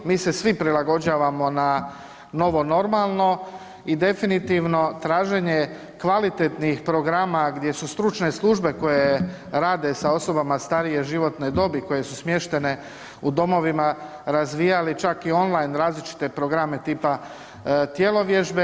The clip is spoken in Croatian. Mi se svi prilagođavamo na novo normalno i definitivno traženje kvalitetnih programa gdje su stručne službe koje rade sa osobama starije životne dobi koje su smještene u domovima razvijali čak i online različite programe, tipa tjelovježbe.